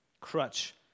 Crutch